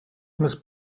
must